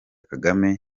kagame